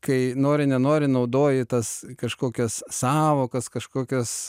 kai nori nenori naudoji tas kažkokias sąvokas kažkokias